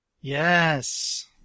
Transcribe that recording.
Yes